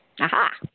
Aha